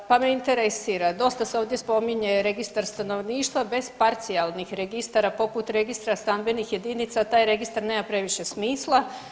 Pa me interesira, dosta se ovdje spominje registar stanovništva bez parcijalnih registara poput registra stambenih jedinica taj registar nema previše smisla.